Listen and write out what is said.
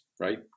right